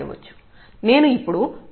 నేను ఇప్పుడు ఒక ఉదాహరణ ను వివరిస్తాను